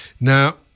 Now